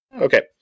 okay